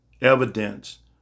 evidence